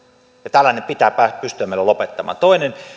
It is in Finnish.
tällainen pitää pystyä meillä lopettamaan toinen